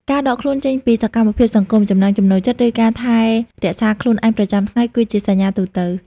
ការដកខ្លួនចេញពីសកម្មភាពសង្គម ចំណង់ចំណូលចិត្ត ឬការថែរក្សាខ្លួនឯងប្រចាំថ្ងៃ គឺជាសញ្ញាទូទៅ។